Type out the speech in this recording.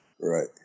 Right